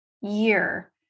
year